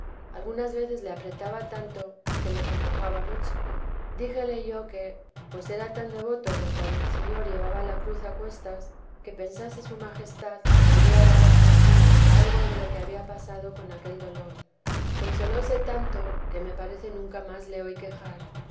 algunas veces le apretaba tanto que le congojaba mucho díjele yo que pues era tan devoto de cuando el señor llevaba la cruz a cuestas que pensase su majestad le quería dar a sentir algo de lo que había pasado con aquel dolor consolóse tanto que me parece nunca más le oí quejar